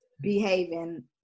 behaving